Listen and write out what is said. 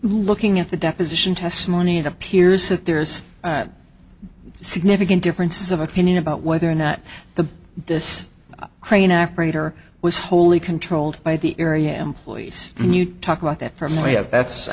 looking at the deposition testimony it appears that there is a significant difference of opinion about whether or not the this crane operator was wholly controlled by the area employees and you talk about that from the way of that's i